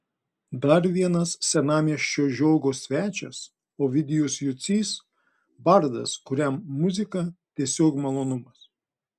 dar vienas senamiesčio žiogo svečias ovidijus jucys bardas kuriam muzika tiesiog malonumas